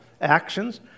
actions